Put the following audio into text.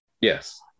Yes